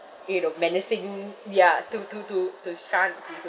you know menacing ya to to to to shun to